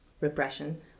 repression